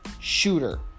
shooter